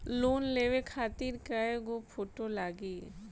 Loan लेवे खातिर कै गो फोटो लागी?